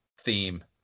theme